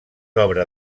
obra